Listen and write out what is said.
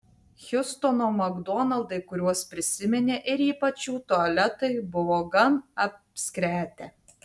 hjustono makdonaldai kuriuos prisiminė ir ypač jų tualetai buvo gan apskretę